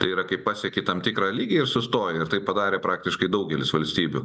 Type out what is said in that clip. tai yra kai pasieki tam tikrą lygį ir sustoji ir tai padarė praktiškai daugelis valstybių